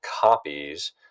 copies